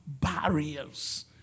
barriers